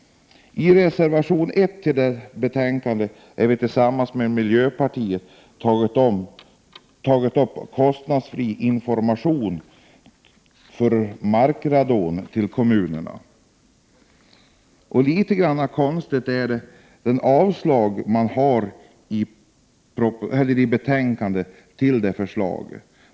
I reservation 1 till detta betänkande har vi i vpk tillsammans med miljöpartiet tagit upp frågan om kostnadsfri information till kommunerna om markradon. Utskottets motivering för sitt yrkande om avslag på vårt förslag är litet märklig.